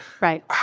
Right